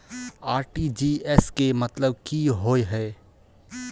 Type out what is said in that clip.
RTGS केँ मतलब की होइ हय?